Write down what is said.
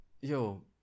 Yo